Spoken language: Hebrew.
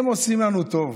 הם עושים לנו טוב.